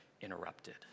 interrupted